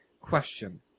Question